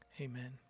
Amen